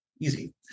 easy